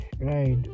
right